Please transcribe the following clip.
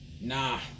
nah